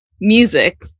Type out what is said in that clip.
music